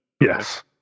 Yes